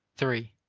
three.